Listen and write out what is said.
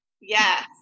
Yes